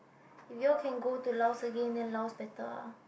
if you all can go to Laos again then Laos better ah